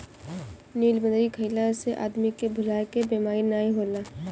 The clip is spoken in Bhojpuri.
नीलबदरी खइला से आदमी के भुलाए के बेमारी नाइ होला